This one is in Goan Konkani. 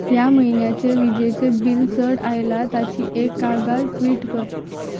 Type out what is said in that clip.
ह्या म्हयन्याचें वीजेचें बील चड आयलां ताची एक कागाळ ट्वीट कर